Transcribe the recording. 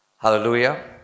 Hallelujah